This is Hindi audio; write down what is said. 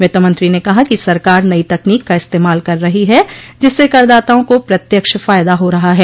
वित्त मंत्री ने कहा कि सरकार नई तकनीक का इस्तेमाल कर रही है जिससे करदाताओं को प्रत्यक्ष फायदा हो रहा है